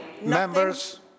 Members